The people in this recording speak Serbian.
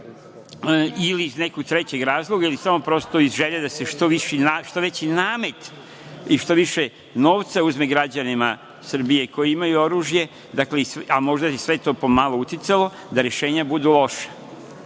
ili iz nekog trećeg razloga, ili samo prosto iz želje da se što veći namet i što više novca uzme građanima Srbije koji imaju oružje, a možda je sve to po malo uticalo da rešenja budu loša. Rok